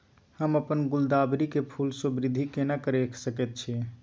हम अपन गुलदाबरी के फूल सो वृद्धि केना करिये सकेत छी?